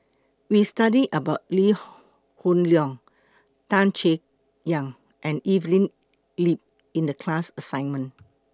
We studied about Lee Hoon Leong Tan Chay Yan and Evelyn Lip in The class assignment